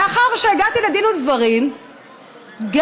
מאחר שהגעתי לדין ודברים גם